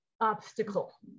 obstacle